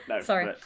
Sorry